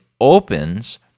opens